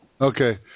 okay